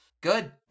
Good